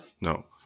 No